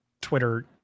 twitter